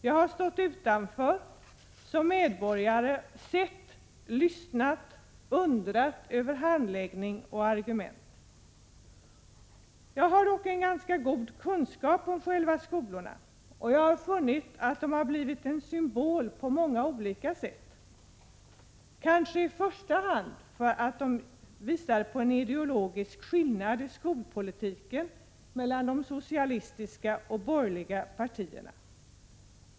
Jag har stått utanför som medborgare, sett, lyssnat, undrat över handläggning och argument. Jag har dock en ganska god kunskap om själva skolorna, och jag har funnit att de har blivit en symbol på många olika sätt, kanske i första hand för att de visar på en ideologisk skillnad i skolpolitiken mellan de socialistiska och de borgerliga partierna.